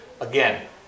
Again